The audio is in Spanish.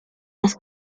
las